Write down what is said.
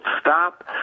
stop